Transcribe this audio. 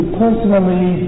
personally